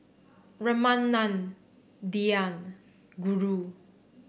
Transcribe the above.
Ramanand Dhyan Guru